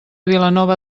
vilanova